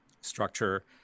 structure